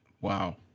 Wow